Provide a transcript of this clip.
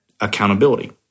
accountability